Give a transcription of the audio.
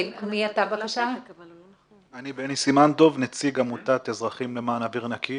אני נציג עמותת אזרחים למען אוויר נקי